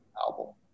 album